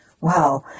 Wow